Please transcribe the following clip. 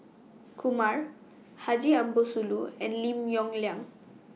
Kumar Haji Ambo Sooloh and Lim Yong Liang